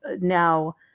now